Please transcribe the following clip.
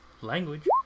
Language